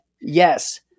Yes